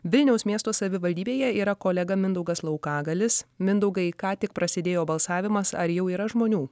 vilniaus miesto savivaldybėje yra kolega mindaugas laukagalis mindaugai ką tik prasidėjo balsavimas ar jau yra žmonių